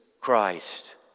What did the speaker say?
Christ